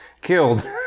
killed